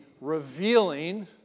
revealing